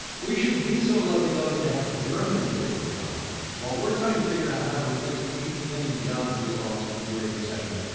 we should be so lucky as to have germany's labor problems. while we're trying to figure out how to replace the eight million jobs we lost in the great recession,